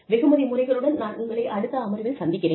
வெகுமதி முறைகளுடன் நான் உங்களை அடுத்த அமர்வில் சந்திக்கிறேன்